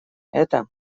это